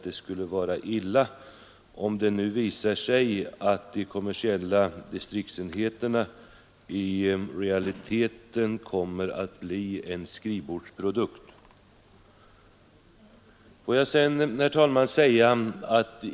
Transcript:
Det skulle vara illa om det nu visade sig att de kommersiella distriksenheterna i realiteten kommer att bli en skrivbordsprodukt.